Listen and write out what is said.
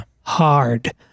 hard